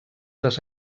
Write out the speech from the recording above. les